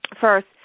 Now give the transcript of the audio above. first